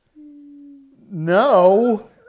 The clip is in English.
No